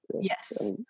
Yes